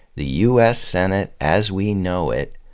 the u s. senate, as we know it,